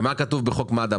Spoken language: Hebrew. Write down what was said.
ומה כתוב בחוק מד"א?